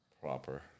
proper